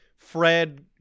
fred